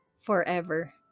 forever